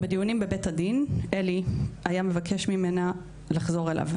בדיונים בבית הדין אלי היה מבקש אליה לחזור אליו,